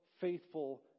faithful